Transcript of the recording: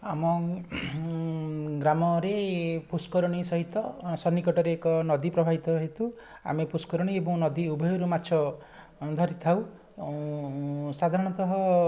ଆମ ଗ୍ରାମରେ ପୁଷ୍କରଣୀ ସହିତ ସନ୍ନିକଟରେ ଏକ ନଦୀ ପ୍ରବାହିତ ହେତୁ ଆମେ ପୁଷ୍କରଣୀ ଏବଂ ନଦୀ ଉଭୟରୁ ମାଛ ଧରିଥାଉ ସାଧାରଣତଃ